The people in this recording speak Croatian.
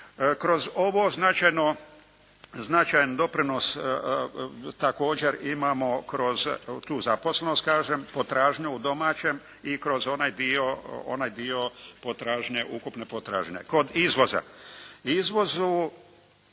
Kroz ovo značajno, značajan doprinos također imamo kroz tu zaposlenost kažem, potražnju u domaćem i kroz onaj dio potražnje, ukupne potražnje. Kod izvoza, izvozu